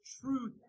truth